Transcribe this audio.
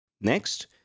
Next